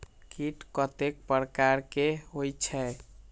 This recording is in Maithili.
कीट कतेक प्रकार के होई छै?